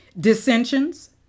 dissensions